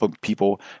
people